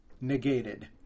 Negated